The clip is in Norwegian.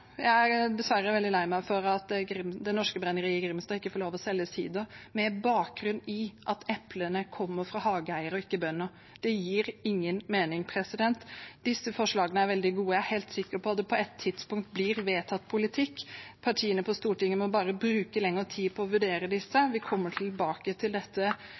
veldig lei meg for at Det Norske Brenneri i Grimstad dessverre ikke får lov til å selge sider, med bakgrunn i at eplene kommer fra hageeiere og ikke bønder. Det gir ingen mening. Disse forslagene er veldig gode. Jeg er helt sikker på at de på et tidspunkt blir vedtatt politikk, partiene på Stortinget må bare bruke lengre tid på å vurdere dem. Vi kommer tilbake til dette